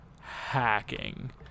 Hacking